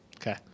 Okay